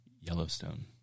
Yellowstone